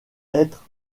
être